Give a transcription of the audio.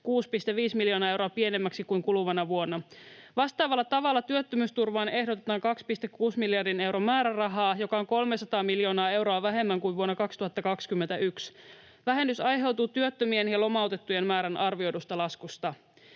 56,5 miljoonaa euroa pienemmäksi kuin kuluvana vuonna. Vastaavalla tavalla työttömyysturvaan ehdotetaan 2,6 miljardin euron määrärahaa, joka on 300 miljoonaa euroa vähemmän kuin vuonna 2021. Vähennys aiheutuu työttömien ja lomautettujen määrän arvioidusta laskusta.